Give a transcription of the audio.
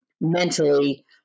mentally